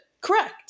Correct